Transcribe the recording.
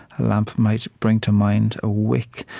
a lamp might bring to mind a wick,